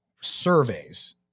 surveys